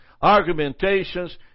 argumentations